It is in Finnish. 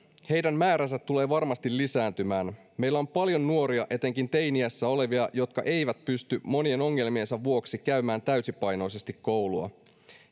heidän määränsä tulee varmasti lisääntymään meillä on paljon nuoria etenkin teini iässä olevia jotka eivät pysty monien ongelmiensa vuoksi käymään täysipainoisesti koulua